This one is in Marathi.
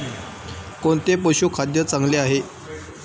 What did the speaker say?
कोणते पशुखाद्य चांगले आहे?